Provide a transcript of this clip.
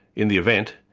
in the event,